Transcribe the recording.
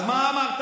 אז מה אמרת?